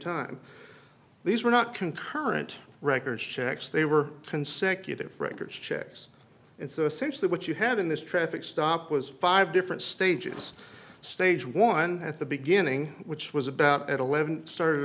time these were not concurrent records checks they were consecutive records checks and so essentially what you had in this traffic stop was five different stages stage one at the beginning which was about at eleven started